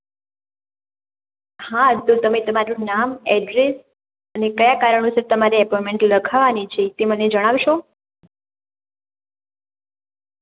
હા તો તમે તમારું નામ અડ્રેસ અને કયા કારણોસર તમારે એપોઇન્મેન્ટ લખાવવાની છે તે મને જણાવશો